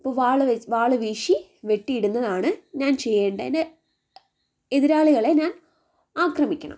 അപ്പോൾ വാൾ വാൾ വീശി വെട്ടിയിടുന്നതാണ് ഞാൻ ചെയ്യേണ്ടത് എൻ്റെ എതിരാളികളെ ഞാൻ ആക്രമിക്കണം